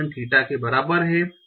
theta के बराबर है